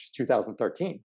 2013